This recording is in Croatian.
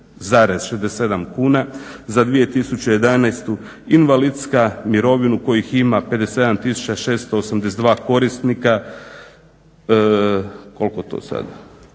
za 2011., invalidska mirovina kojih ima 57 682 korisnika koliko to sad,